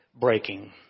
breaking